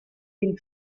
been